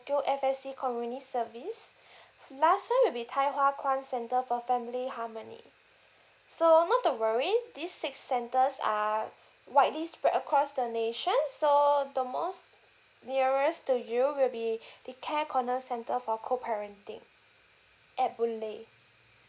kio F_S_C community service last one would be thye hua kwan centre for family harmony so not to worry these six centres are widely spread across the nation so the most nearest to you will be the care corner center for co parenting at bulle